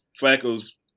Flacco's